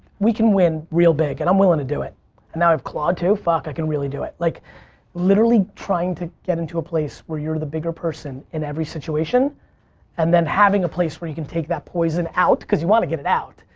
we can win real big. and i'm willing to do it. and now i have claude too, fuck, i can really do it. like literally trying to get into a place where you're the bigger person in every situation and then having a place where you can take the poison out, cause you want to get it out.